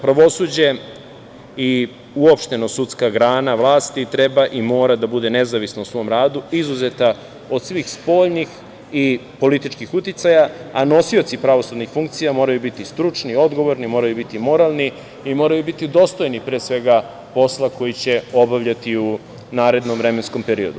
Pravosuđe i uopšteno sudska grana vlasti treba i mora da bude nezavisno u svom radu, izuzeta od svih spoljnih i političkih uticaja, a nosioci pravosudnih funkcija moraju biti stručni, odgovorni, moraju biti moralni i moraju biti dostojni, pre svega, posla koji će obavljati u narednom vremenskom periodu.